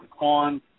on